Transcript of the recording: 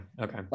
okay